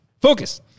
Focus